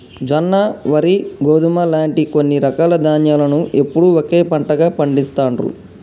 జొన్న, వరి, గోధుమ లాంటి కొన్ని రకాల ధాన్యాలను ఎప్పుడూ ఒకే పంటగా పండిస్తాండ్రు